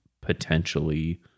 potentially